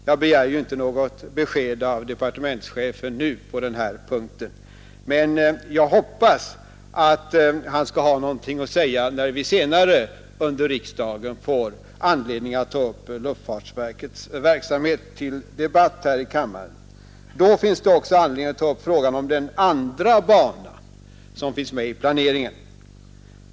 Jag begär ju inte något besked av departementschefen nu på den här punkten, men jag hoppas att han skall ha någonting att säga när vi senare under riksdagen får anledning att ta upp luftfartsverkets verksamhet till debatt här i kammaren. Då finns det också anledning att ta upp frågan om den andra banan som är med i planeringen.